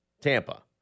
Tampa